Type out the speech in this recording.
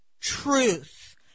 truth